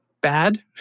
bad